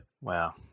Wow